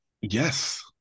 Yes